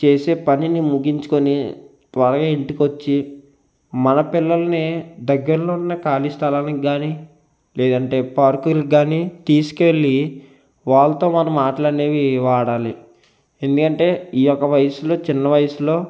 చేసే పనిని ముగించుకొని త్వరగా ఇంటికి వచ్చి మన పిల్లలని దగ్గరలో ఉన్న ఖాళీ స్థలానికి కానీ లేదంటే పార్కులకు కానీ తీసుకెళ్ళి వాళ్ళతో మనం ఆటలు అనేవి ఆడాలి ఎందుకంటే ఈ యొక్క వయసులో చిన్న వయసులో